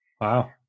wow